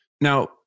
Now